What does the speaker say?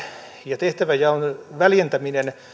ja tehtävänjaon väljentäminen